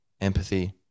empathy